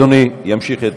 אדוני ימשיך.